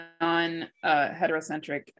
non-heterocentric